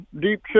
deep